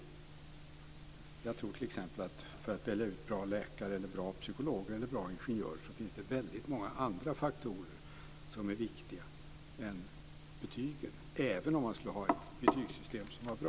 För att bli bra läkare, psykolog eller ingenjör finns det väldigt många andra faktorer som är viktiga än betygen, även om vi skulle ha ett betygssystem som var bra.